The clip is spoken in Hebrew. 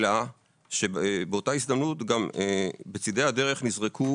אלא שבאותה הזדמנות בצדי הדרך נזרקו